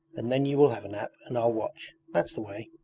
and then you will have a nap and i'll watch that's the way